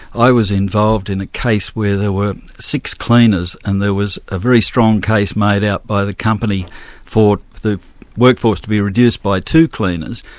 i was involved in a case where there were six cleaners, and there was a very strong case made out by the company for the workforce to be reduced by two cleaners,